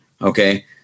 okay